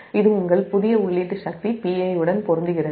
இது உங்கள் புதிய உள்ளீட்டு சக்தி Pi உடன் பொருந்துகிறது